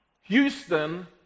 Houston